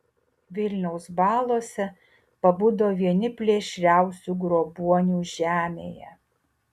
vilniaus balose pabudo vieni plėšriausių grobuonių žemėje